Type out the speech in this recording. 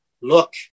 Look